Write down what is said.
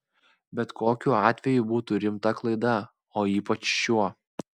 bet kokiu atveju būtų rimta klaida o ypač šiuo